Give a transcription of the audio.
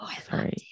sorry